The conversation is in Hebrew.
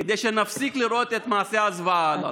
כדי שנפסיק לראות את מעשי הזוועה הללו.